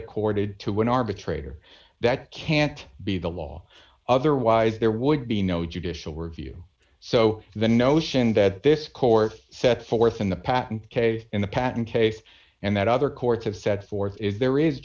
accorded to an arbitrator that can't be the law otherwise there would be no judicial review so the notion that this court set forth in the patent case in the patent case and that other courts have set forth if there is